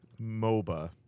MOBA